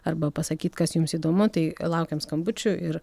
arba pasakyt kas jums įdomu tai laukiam skambučių ir